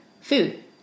food